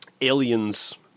aliens